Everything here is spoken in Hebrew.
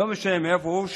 לא משנה מאיפה הוא,